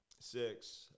six